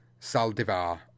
Saldivar